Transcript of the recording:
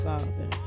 Father